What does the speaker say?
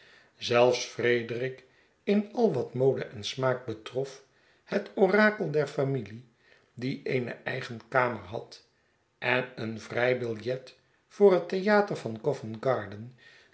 zelfs frederik in al wat mode en smaak betrof het orakel der familie die eene eigen kamer had en een vrijbiljet voor het theater van